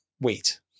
wait